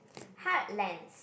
heartlands